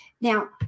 Now